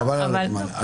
אבל --- חבל על הזמן,